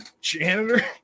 Janitor